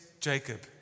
Jacob